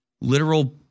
literal